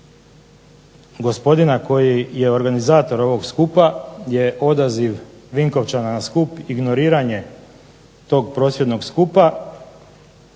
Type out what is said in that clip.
gospodina koji je organizator ovog skupa je odaziv Vinkovčana na skup ignoriranje tog prosvjednog skupa,